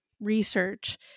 research